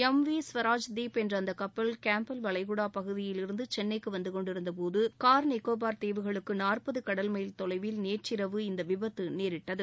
MV Swarajdeep என்ற அந்த கப்பல் கேம்பெல் வளைகுடா பகுதியிலிருந்து சென்னைக்கு வந்துகொண்டிருந்தபோது கார் நிக்கோபார் தீவுகளுக்கு நாற்பது கடல்மல் தொலைவில் நேற்றிரவு இந்த விபத்து நேரிட்டது